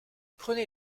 prenez